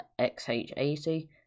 xh80